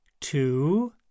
two